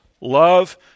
Love